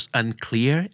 unclear